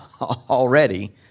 already